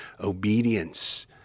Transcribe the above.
obedience